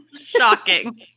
Shocking